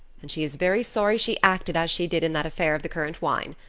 and she is very sorry she acted as she did in that affair of the currant wine.